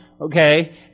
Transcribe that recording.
okay